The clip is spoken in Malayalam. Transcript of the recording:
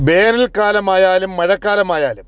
വേനൽക്കാലമായാലും മഴക്കാലമായാലും